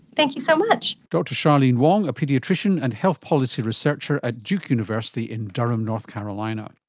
thank you so much. dr charlene wong, a paediatrician and health policy researcher at duke university in durham, north carolina